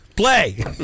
play